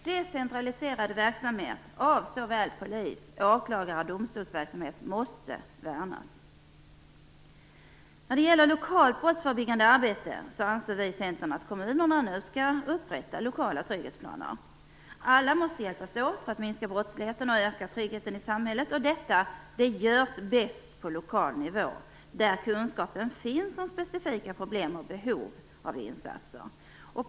Decentraliseringen när det gäller polis-, åklagar och domstolsverksamhet måste värnas. När det gäller lokalt brottsförebyggande arbete anser vi i Centern att kommunerna nu skall upprätta lokala trygghetsplaner. Alla måste hjälpas åt för att minska brottsligheten och öka tryggheten i samhället. Detta görs bäst på lokal nivå, där kunskapen om specifika problem och behov av insatser finns.